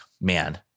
man